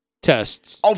tests